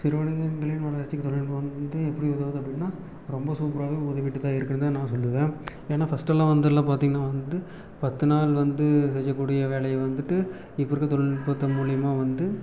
சிறு வணிகங்களின் வளர்ச்சிக்கு தொழில்நுட்பம் வந்து எப்படி உதவுது அப்படினா ரொம்ப சூப்பராகவே உதவிகிட்டு தான் இருக்குதுன்னு தான் நான் சொல்லுவேன் ஏன்னா ஃபர்ஸ்ட்டெல்லாம் வந்துலாம் பார்த்திங்கன்னா வந்து பத்து நாள் வந்து செய்யக்கூடிய வேலையை வந்துவிட்டு இப்போருக்க தொழில்நுட்பத்து மூலியமாக வந்து